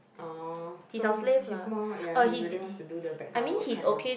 orh so he's he's more ya he really wants to do the background work kind of